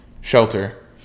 shelter